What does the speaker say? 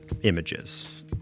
images